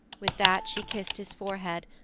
with that she kissed his forehead,